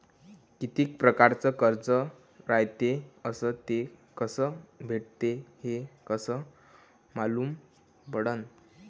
कितीक परकारचं कर्ज रायते अस ते कस भेटते, हे कस मालूम पडनं?